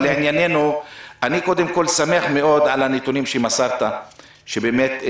אני מאוד שמח על הנתונים שמסרת שבאמת,